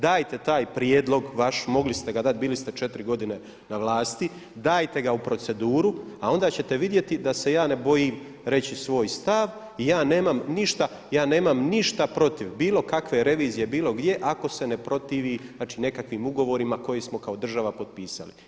Dajte taj prijedlog vaš, mogli ste ga dat, bili ste četiri godine na vlasti, dajte ga u proceduru, a onda ćete vidjeti da se ja ne bojim reći svoj stav i ja nemam ništa, ja nemam ništa protiv bilo kakve revizije bilo gdje ako se ne protivi, znači nekakvim ugovorima koje smo kao država potpisali.